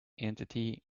entity